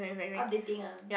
updating ah